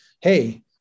hey